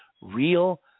real